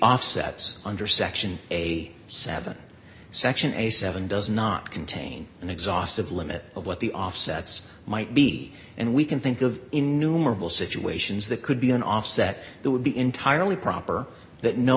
offsets under section a seven section a seven does not contain an exhaustive limit of what the offsets might be and we can think of in numerable situations that could be an offset that would be entirely proper that no